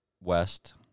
West